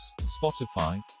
Spotify